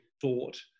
thought